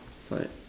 what